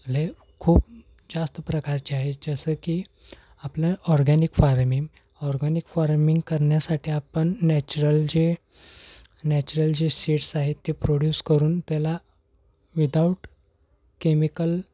लय खूप जास्त प्रकारचे आहेत जसं की आपलं ऑरगॅनिक फार्मिंग ऑरगॅनिक फार्मिंग करण्यासाठी आपण नॅचरल जे नॅचरल जे सीड्स आहेत ते प्रोड्यूस करून त्याला विदाउट केमिकल